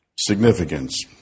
significance